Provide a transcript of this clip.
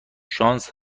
شانس